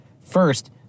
First